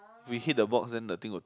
we hit the box then the thing will